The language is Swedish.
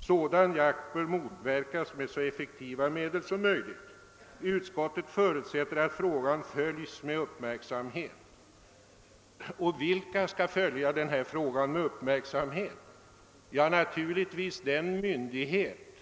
Sådan jakt bör motverkas med så effektiva medel som möjligt. Utskottet förutsätter att frågan följes med uppmärksamhet.» Vilken är det då som skall följa denna fråga med uppmärksamhet? Ja, naturligtvis den myndighet